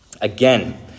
Again